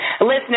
Listeners